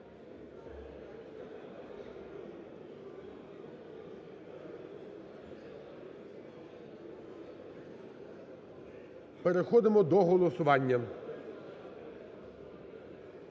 Переходимо до голосування.